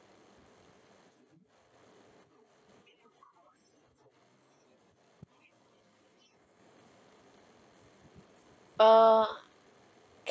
err